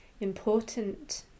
important